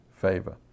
favor